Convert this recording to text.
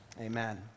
amen